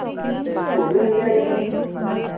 वो भी मिल जाएगा मैम